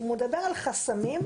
הוא מדבר על חסמים,